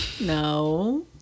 no